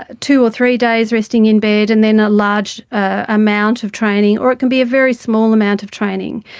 ah two or three days resting in bed and then a large amount of training, or it can be a very small amount of training.